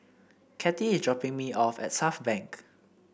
Kattie is dropping me off at Southbank